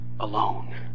alone